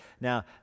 Now